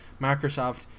Microsoft